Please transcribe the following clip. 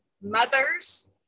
mothers